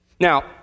Now